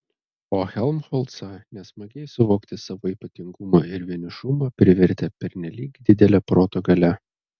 o helmholcą nesmagiai suvokti savo ypatingumą ir vienišumą privertė pernelyg didelė proto galia